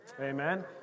Amen